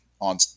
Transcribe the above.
on